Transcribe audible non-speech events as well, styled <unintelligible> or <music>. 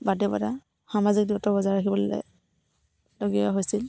<unintelligible> সামাজিক দূৰত্ব বজাই ৰাখিবলগীয়া হৈছিল